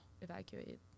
Evacuate